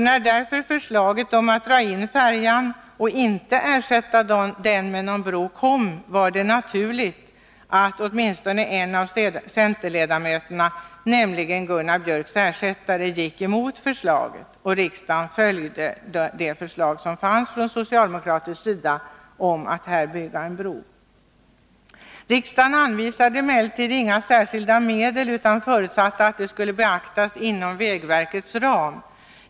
När därför förslaget om att dra in färjan och inte ersätta den med någon bro kom, var det naturligt att åtminstone en av centerledamöterna, nämligen Gunnar Björks ersättare, gick emot förslaget. Riksdagen följde förslaget från socialdemokratisk sida om att bygga denna bro. Riksdagen anvisade emellertid inga särskilda medel utan förutsatte att det skulle beaktas inom vägverkets ram.